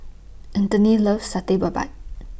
Anthony loves Satay Babat